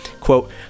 Quote